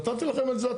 נתתי לכם את זה.